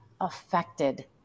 affected